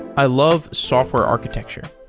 i love software architecture.